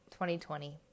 2020